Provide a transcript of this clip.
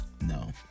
No